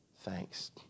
thanks